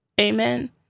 Amen